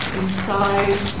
inside